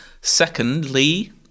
Secondly